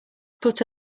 put